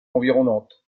environnante